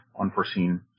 Unforeseen